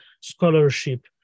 scholarship